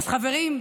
אז חברים,